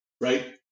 Right